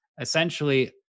essentially